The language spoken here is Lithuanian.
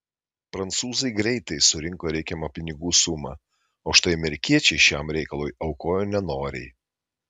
prancūzai greitai surinko reikiamą pinigų sumą o štai amerikiečiai šiam reikalui aukojo nenoriai